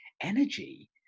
energy